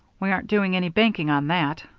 we aren't doing any banking on that.